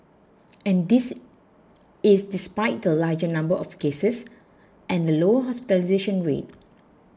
and this is despite the larger number of cases and the lower hospitalisation rate